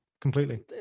completely